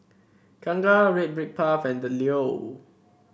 Kangkar Red Brick Path and The Leo